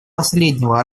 последнего